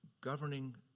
governing